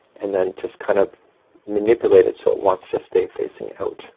and then just kind of manipulate it so it wants to stay facing out